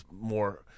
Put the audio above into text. more